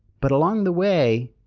but along the way,